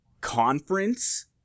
conference